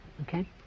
okay